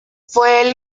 fue